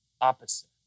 opposite